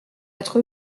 être